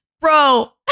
bro